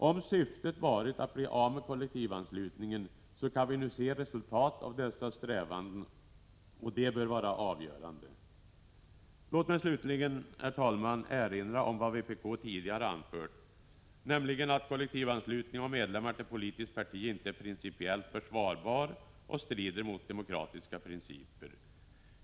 Om syftet varit att bli av med kollektivanslutningen kan vi nu se resultatet av dessa strävanden. Det bör vara avgörande. Låt mig slutligen, herr talman, erinra om vad vpk tidigare anfört, nämligen att kollektivanslutning av medlemmar till politiskt parti inte är principiellt försvarbar och strider mot demokratiska principer.